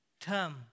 term